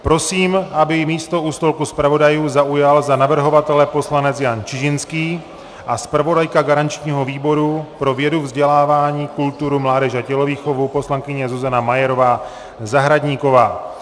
Prosím, aby místo u stolku zpravodajů zaujal za navrhovatele poslanec Jan Čižinský a zpravodajka garančního výboru pro vědu, vzdělání, kulturu, mládež a tělovýchovu poslankyně Zuzana Majerová Zahradníková.